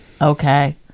okay